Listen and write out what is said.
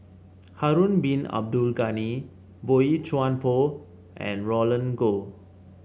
Harun Bin Abdul Ghani Boey Chuan Poh and Roland Goh